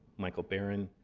michael barron,